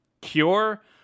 cure